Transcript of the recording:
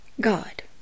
God